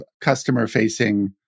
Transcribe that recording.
customer-facing